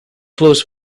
close